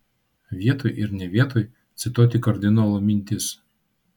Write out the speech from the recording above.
vietoj ir ne vietoj cituoti kardinolo mintis